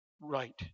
right